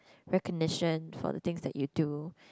recognition for the things that you do